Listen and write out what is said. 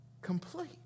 complete